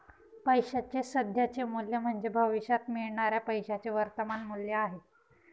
पैशाचे सध्याचे मूल्य म्हणजे भविष्यात मिळणाऱ्या पैशाचे वर्तमान मूल्य आहे